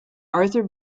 arthur